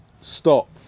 stop